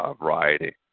variety